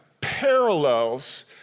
parallels